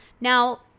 now